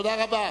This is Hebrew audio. תודה רבה.